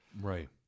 Right